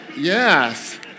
yes